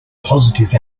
positive